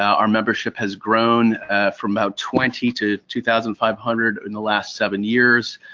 our membership has grown from about twenty to two thousand five hundred in the last seven years.